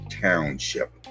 Township